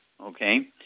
okay